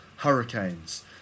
Hurricanes